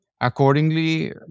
accordingly